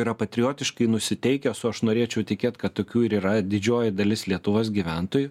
yra patriotiškai nusiteikęs o aš norėčiau įtikėt kad tokių ir yra didžioji dalis lietuvos gyventojų